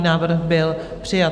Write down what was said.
Návrh byl přijat.